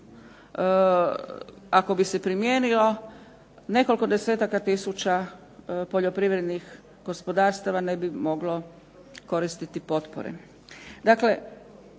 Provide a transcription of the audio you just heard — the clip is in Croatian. ako bi se primijenio nekoliko desetaka tisuća poljoprivrednih gospodarstava ne bi moglo koristiti potpore.